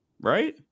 right